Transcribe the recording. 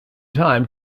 time